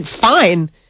fine